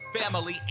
family